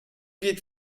geht